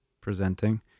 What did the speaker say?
presenting